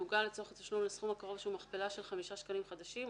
יעוגל לצורך התשלום לסכום הקרוב שהוא מכפלה של חמישה שקלים חדשים,